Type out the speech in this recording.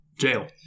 Jail